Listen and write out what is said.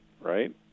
right